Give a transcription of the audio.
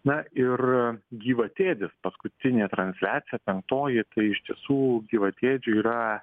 na ir gyvatėdis paskutinė transliacija penktoji tai ištisų gyvatėdžių yra